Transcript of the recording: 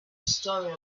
story